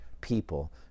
people